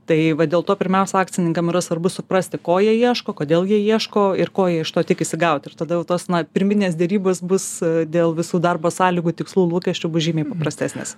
tai vat dėl to pirmiausia akcininkam yra svarbu suprasti ko jie ieško kodėl jie ieško ir ko jie iš to tikisi gauti ir tada jau tos na pirminės derybos bus dėl visų darbo sąlygų tikslų lūkesčių bus žymiai prastesnės